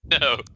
no